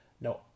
no